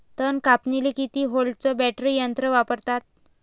तन कापनीले किती व्होल्टचं बॅटरी यंत्र वापरतात?